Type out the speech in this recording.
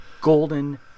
golden